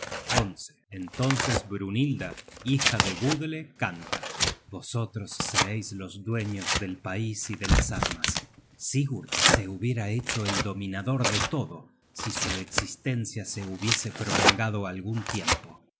rey entonces brynhilda hija de budle canta vosotros sereis los dueños del pais y de las armas sigurd se hubiera hecho el dominador de todo si su existencia se hubiese prolongado algun tiempo